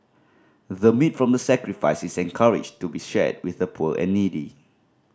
the meat from the sacrifice is encouraged to be shared with the poor and needy